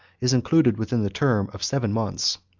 is included within the term of seven months.